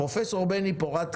פרופ' בני פורת,